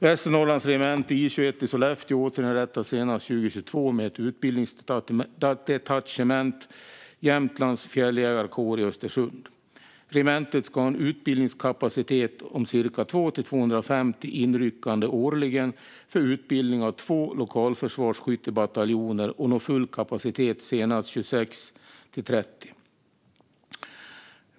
Västernorrlands regemente I 21 i Sollefteå återinrättas senast 2022 med ett utbildningsdetachement, Jämtlands fältjägarkår, i Östersund. Regementet ska ha en utbildningskapacitet på cirka 200-250 inryckande årligen för utbildning av två lokalförsvarsskyttebataljoner och nå full kapacitet senast 2026-2030.